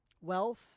wealth